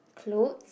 clothes